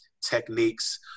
techniques